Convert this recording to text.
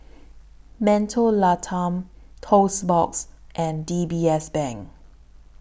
Mentholatum Toast Box and D B S Bank